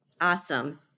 Awesome